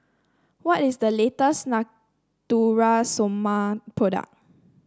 what is the latest Natura Stoma product